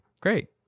Great